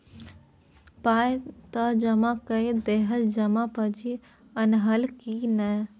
पाय त जमा कए देलहक जमा पर्ची अनलहक की नै